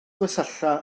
gwersylla